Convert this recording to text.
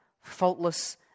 faultless